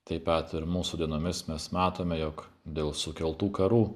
tai pat ir mūsų dienomis mes matome jog dėl sukeltų karų